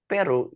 Pero